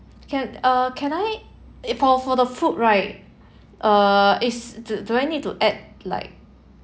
can uh can I if for for the food right uh is do do I need to add like